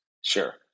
Sure